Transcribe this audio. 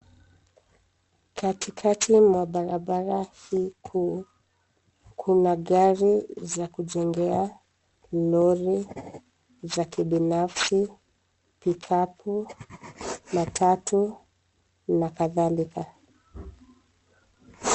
Katikati mwa barabara hii kuu, kuna gari za kujengea, lori za kibinafsi, pikapu, matatu na kadhalika.